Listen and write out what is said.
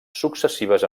successives